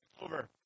over